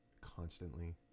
constantly